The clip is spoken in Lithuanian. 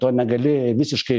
to negali visiškai